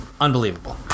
unbelievable